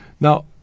Now